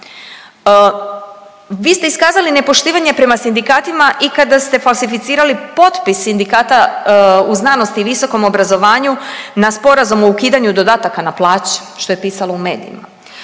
Vi ste iskazali nepoštivanje prema sindikatima i kada ste falsificirali potpis sindikata u znanosti i visokom obrazovanju na Sporazum o ukidanju dodataka na plaće što je pisalo u medijima.